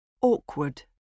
awkward